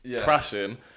crashing